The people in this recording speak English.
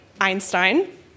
Einstein